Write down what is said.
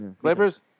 Clippers